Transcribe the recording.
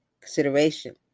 consideration